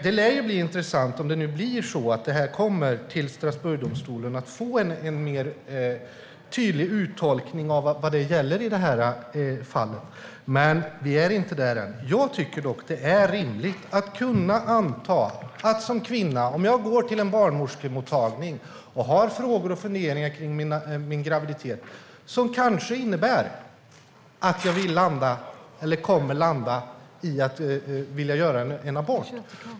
Det lär bli intressant, om det här kommer till Strasbourgdomstolen, att få en mer tydlig uttolkning av vad som gäller i det här fallet, men vi är inte där än. Låt oss säga att en kvinna går till en barnmorskemottagning och har frågor och funderingar kring sin graviditet som kanske innebär att hon kommer att landa i att hon vill göra en abort.